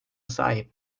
sahip